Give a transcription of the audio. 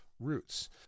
roots